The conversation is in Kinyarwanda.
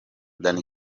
danny